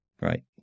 right